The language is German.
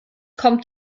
kommt